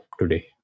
today